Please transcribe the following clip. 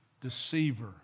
Deceiver